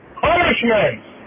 Punishments